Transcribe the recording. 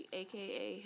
aka